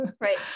Right